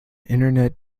internet